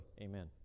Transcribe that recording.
Amen